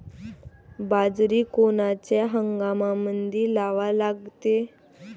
बाजरी कोनच्या हंगामामंदी लावा लागते?